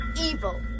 evil